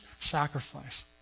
sacrifice